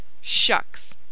Shucks